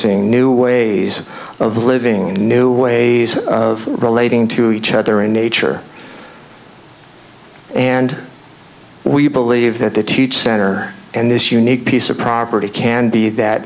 ing new ways of living new ways of relating to each other in nature and we believe that the teach center and this unique piece of property can be that